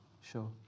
sure